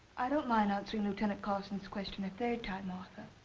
i don't mind answering lieutenant carson's questions at their time, arthur.